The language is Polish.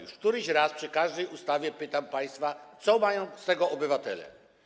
Już któryś raz przy każdej ustawie pytam państwa, co mają z tego obywatele.